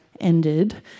ended